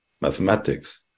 mathematics